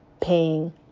paying